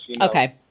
okay